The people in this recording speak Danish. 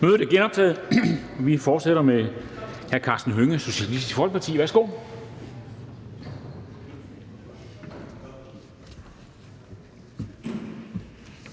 Mødet er genoptaget. Vi fortsætter med hr. Karsten Hønge, Socialistisk Folkeparti. Værsgo.